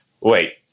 Wait